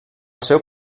seu